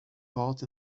part